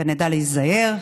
ונדע להיזהר.